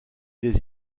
des